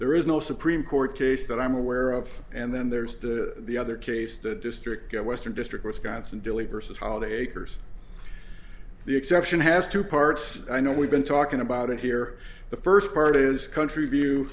there is no supreme court case that i'm aware of and then there's the other case the district or western district wisconsin delay versus holiday ckers the exception has two parts i know we've been talking about it here the first part is country view